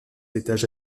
étages